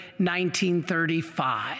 1935